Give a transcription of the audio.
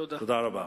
תודה רבה.